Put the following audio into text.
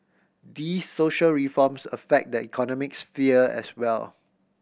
these social reforms affect the economic sphere as well